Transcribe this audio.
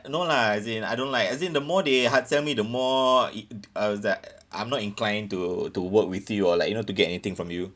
no lah as in I don't like as in the more they hard sell me the more it I was like I'm not inclined to to work with you or like you know to get anything from you